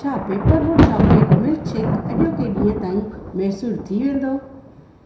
छा paper boat chocolate milkshake अॼोके ॾींहुं ताईं मुयसरु थी वेंदो